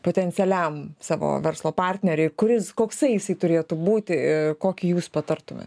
potencialiam savo verslo partneriui kuris koksai jisai turėtų būti kokį jūs patartumėt